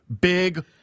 big